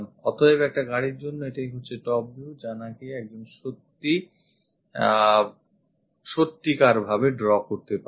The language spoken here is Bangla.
অতএব একটা গাড়ির জন্য এটাই হচ্ছে top view যা নাকি একজন সত্যি আঁকতে বা draw করতে পারে